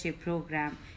program